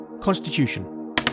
Constitution